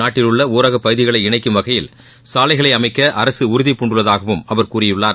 நாட்டில் உள்ள ஊரக பகுதிகளை இணைக்கும் வகையில் சாலைகளை அமைக்க அரசு உறுதிபூண்டுள்ளதாகவும் அவர் கூறியுள்ளார்